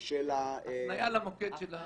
הפנייה למוקד גמילה.